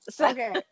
Okay